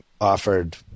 offered